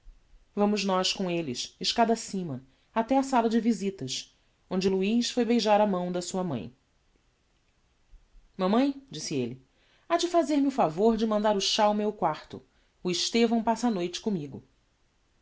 vamos nós com elles escada acima até a sala de visitas onde luiz foi beijar a mão de sua mãe mamãe disse elle hade fazer-me o favor de mandar o chá ao meu quarto o estevão passa a noite commigo